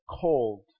cold